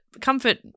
comfort